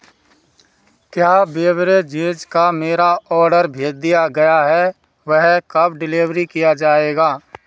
क्या बेवरेजेज़ का मेरा ऑर्डर भेज दिया गया है वह कब डिलेवरी किया जाएगा